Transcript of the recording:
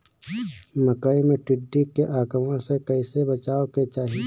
मकई मे टिड्डी के आक्रमण से कइसे बचावे के चाही?